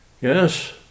Yes